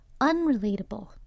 unrelatable